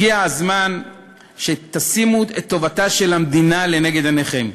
הגיע הזמן שתשימו את טובתה של המדינה לנגד עיניכם.